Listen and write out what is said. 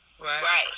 Right